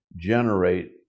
generate